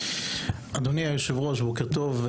אדוני היושב ראש, בוקר טוב.